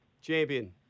Champion